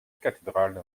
cathédrale